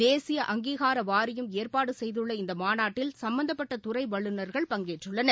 தேசிய அங்கீகாரவாரியம் ஏற்பாடுசெய்துள்ள இந்தமாநாட்டில் சம்பந்தப்பட்டதுறைவல்லுநா்கள் பங்கேற்றுள்ளனர்